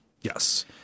Yes